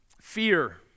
Fear